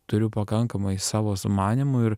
turiu pakankamai savo sumanymų ir